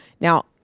now